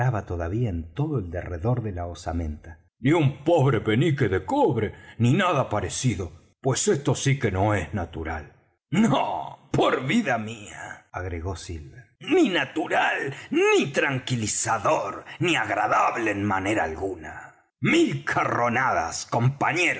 todavía en todo el derredor de la osamenta ni un pobre penique de cobre ni nada parecido pues esto sí que no es natural no por vida mía agregó silver ni natural ni tranquilizador ni agradable en manera alguna mil carronadas compañeros